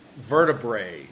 vertebrae